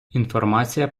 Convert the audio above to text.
інформація